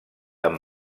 amb